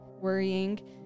worrying